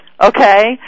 okay